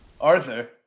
Arthur